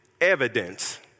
evidence